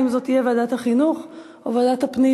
האם זאת תהיה ועדת החינוך או ועדת הפנים?